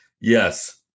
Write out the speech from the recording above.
Yes